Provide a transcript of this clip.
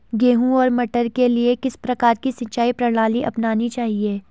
गेहूँ और मटर के लिए किस प्रकार की सिंचाई प्रणाली अपनानी चाहिये?